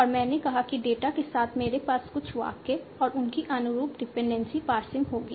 और मैंने कहा कि डेटा के साथ मेरे पास कुछ वाक्य और उनकी अनुरूप डिपेंडेंसी पार्सिंग होगी